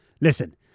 Listen